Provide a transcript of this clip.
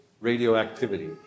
radioactivity